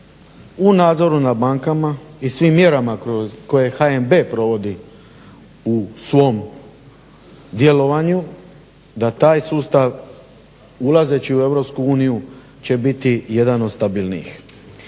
u nadzoru na bankama i svim mjerama koje HNB provodi u svom djelovanju da taj sustav ulazeći u EU će biti jedan od stabilnijih.